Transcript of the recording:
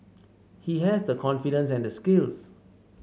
he has the confidence and the skills